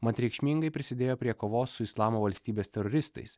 mat reikšmingai prisidėjo prie kovos su islamo valstybės teroristais